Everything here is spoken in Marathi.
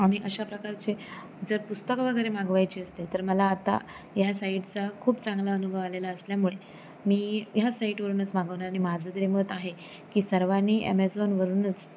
आणि अशा प्रकारचे जर पुस्तकं वगैरे मागवायचे असतील तर मला आता ह्या साईटचा खूप चांगला अनुभव आलेला असल्यामुळे मी ह्या साईटवरूनच मागवणार आणि माझं तरी मत आहे की सर्वांनी ॲमेझॉनवरूनच